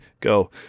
go